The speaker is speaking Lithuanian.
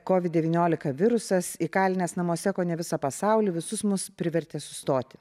kovid devyniolika virusas įkalinęs namuose kone visą pasaulį visus mus privertė sustoti